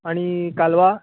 आनी कालवां